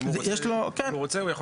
אם הוא רוצה הוא יכול --- אם הוא רוצה